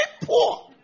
poor